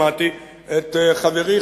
שמעתי את חברי,